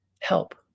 help